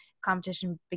competition